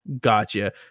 Gotcha